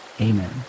Amen